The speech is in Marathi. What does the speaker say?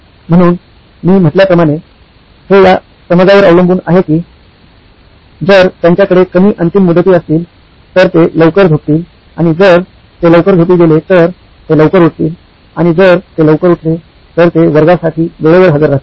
म्हणून मी म्हटल्याप्रमाणे हे या समजांवर अवलंबून आहे की जर त्यांच्याकडे कमी अंतिम मुदती असतील तर ते लवकर झोपतील आणि जर ते लवकर झोपी गेले तर ते लवकर उठतील आणि जर ते लवकर उठले तर ते वर्गासाठी वेळेवर हजर राहतील